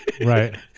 Right